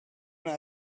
una